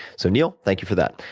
so, neil, thank you for that.